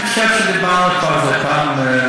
אני חושב שדיברנו כבר על זה פעם.